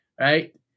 right